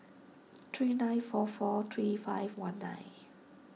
three nine four four three five one nine